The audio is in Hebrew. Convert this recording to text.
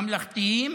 ממלכתיים,